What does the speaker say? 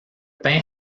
pain